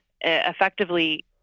effectively